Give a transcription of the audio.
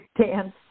Dance